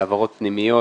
בהעברות פנימיות